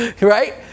Right